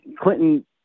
Clinton